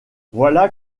voilà